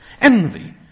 Envy